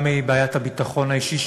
גם מבעיית הביטחון האישי,